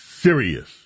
Serious